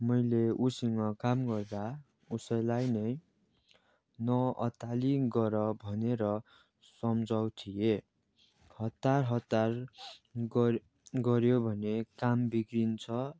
मैले उसँग काम गर्दा उसैलाई नै नअत्तालि गर भनेर सम्झाउ थिएँ हत्तार हत्तार गर् गऱ्यो भने काम बिग्रिन्छ